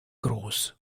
groß